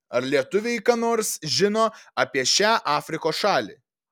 ar lietuviai ką nors žino apie šią afrikos šalį